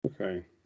Okay